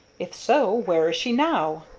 if so, where is she now?